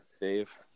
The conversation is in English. Dave